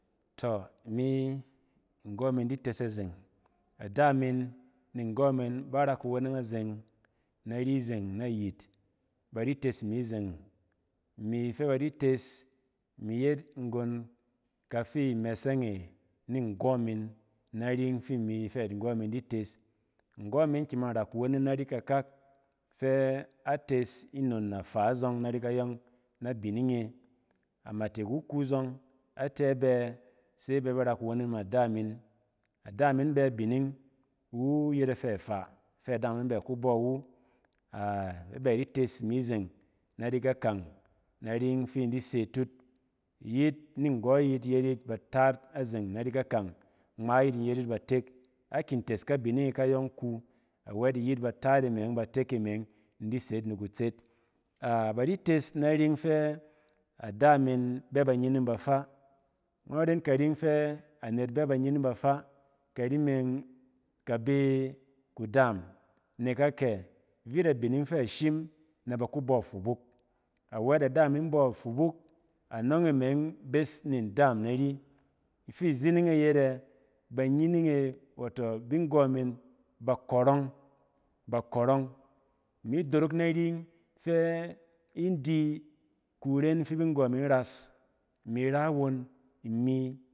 Tↄ imi nggↄ min di tes azeng. Ada min ni nggↄ min bar a kuweneng azeng nari zeng nayit ba di tes imi zeng. Imi fɛ di tes, imi yet nggon kafi imɛsɛng e ni nggↄ min nari ↄng fi imi, fɛ nggↄ min di tes. Nggↄ min kiman ra kuweneng nai kakak fɛ a tes nnon nafaa zↄng nari kayↄng nabining e. Amatek wu ku zↄng, atɛ bɛ se ba bɛ bar a kuweneng ma da min. Adamin bɛ abining iwu yet afɛ afaa fɛ adamin bɛ ka bↄ wu a-abɛ di tes imi zeng nari kakang naring fi in di se atut. Iyit ni nggↄ yit yet yit ba taat azeng nai kakang, ngma yit in yet yit batek. A kin tes kabining e kayↄng ku, awɛt iyit bataat e meng batek e meng in di se yit ni kutset. A-badi tes nari ↄng fɛ ada min bɛ ba nyining bafaa. Ngↄn ren karing fɛ anet bɛ banyining bafaa kari eng ka bi kudɛɛm. Nek akyɛ? Vit abining fɛ shim na ba kubↄ afubuk. A wɛt ada in bↄ fubuk, anↄng e meng bes ni ndaam nari. Ifi zining e yet ɛ, bangining e, wato bi nggↄ min, ba kↄrↄng, ba kↄrↄng. Imi dook naring fɛ indi kuren fɛ binggↄ min ras, imira won imi